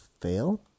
fail